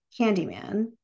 Candyman